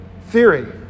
theory